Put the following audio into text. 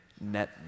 net